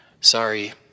Sorry